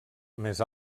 més